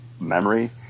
memory